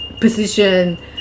position